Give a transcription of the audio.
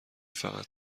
فقط